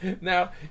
Now